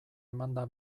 emanda